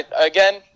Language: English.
again